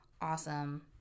awesome